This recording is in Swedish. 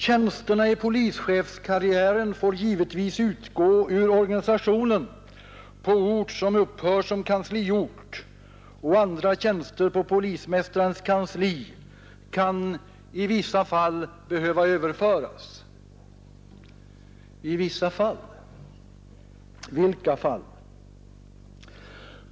Tjänsterna i polischefskarriären får givetvis utgå ur organisationen på ort som upphör som kansliort och andra tjänster på polismästarens kansli kan i vissa fall behöva överföras, heter det vidare. ”I vissa fall” — vilka fall?